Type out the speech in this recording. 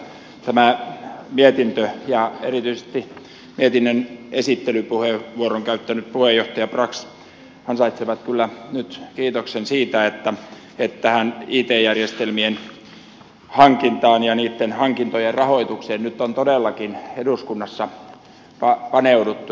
tämä mietintö ja erityisesti mietinnön esittelypuheenvuoron käyttänyt puheenjohtaja brax ansaitsee kyllä nyt kiitoksen siitä että tähän it järjestelmien hankintaan ja niitten hankintojen rahoitukseen nyt on todellakin eduskunnassa paneuduttu